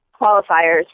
qualifiers